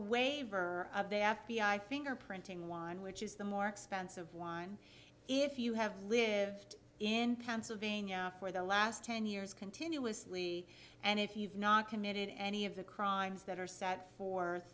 waiver of the f b i fingerprinting one which is the more expensive wine if you have lived in pennsylvania for the last ten years continuously and if you've not committed any of the crimes that are set